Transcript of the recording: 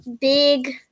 Big